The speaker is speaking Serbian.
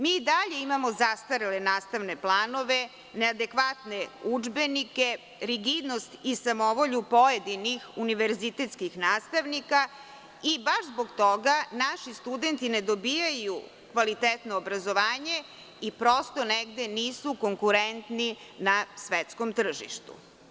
Mi i dalje imamo zastarele nastavne planove, neadekvatne udžbenike, rigidnost i samovolju pojedinih univerzitetskih nastavnika i baš zbog toga naši studenti ne dobijaju kvalitetno obrazovanje i, prosto, negde nisu konkurentni na svetskom tržištu.